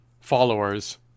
followers